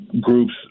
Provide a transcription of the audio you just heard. groups